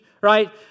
right